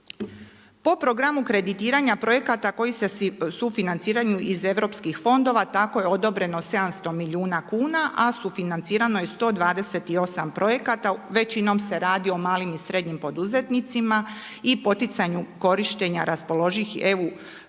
Po programu kreditiranja projekata koji se sufinanciraju iz europskih fondova tako je odobreno 700 milijuna kuna, a sufinancirano je 128 projekata. Većinom se radi o malim i srednjim poduzetnicima i poticanju korištenja raspoloživih EU fondova.